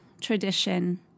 tradition